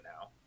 now